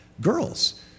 girls